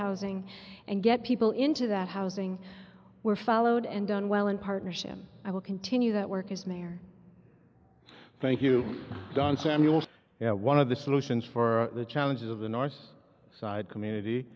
housing and get people into that housing were followed and done well in partnership i will continue that work as mayor thank you samuel one of the solutions for the challenges of the north side community